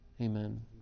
Amen